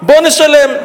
בוא נשלם.